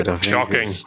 Shocking